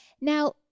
Now